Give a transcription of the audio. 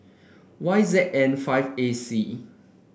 Y Z N five A C